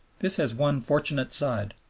this has one fortunate side.